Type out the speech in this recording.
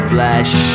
Flesh